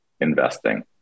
investing